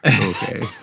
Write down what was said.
okay